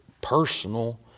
personal